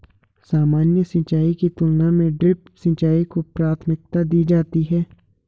सामान्य सिंचाई की तुलना में ड्रिप सिंचाई को प्राथमिकता दी जाती है